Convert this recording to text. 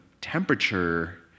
temperature